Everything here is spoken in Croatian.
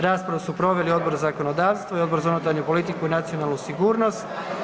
Raspravu su proveli Odbor za zakonodavstvo i Odbor za unutarnju politiku i nacionalnu sigurnost.